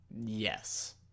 Yes